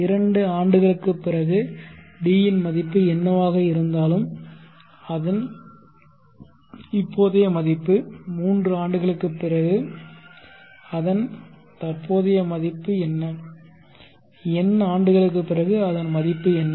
இரண்டு ஆண்டுகளுக்குப் பிறகு D இன் மதிப்பு என்னவாக இருந்தாலும் அதன் இப்போதைய மதிப்பு மூன்று ஆண்டுகளுக்குப் பிறகு அதன் தற்போதைய மதிப்பு என்ன n ஆண்டுகளுக்குப் பிறகு அதன் மதிப்பு என்ன